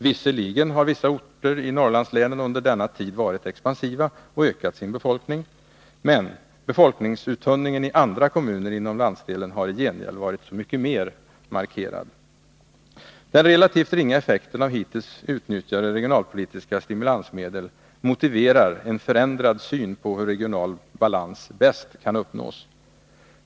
Visserligen har vissa orter i Norrlandslänen under denna tid varit expansiva och ökat sin befolkning. Men befolkningsuttunningen i andra kommuner inom landsdelen har i gengäld varit så mycket mera markerad. Den relativt ringa effekten av hittills utnyttjade regionalpolitiska stimulansmedel motiverar en förändrad syn på hur regional balans bäst kan uppnås.